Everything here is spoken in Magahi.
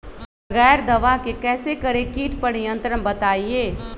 बगैर दवा के कैसे करें कीट पर नियंत्रण बताइए?